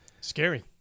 Scary